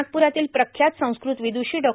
नागपुरातील प्रख्यात संस्कृत विद्रषी डॉ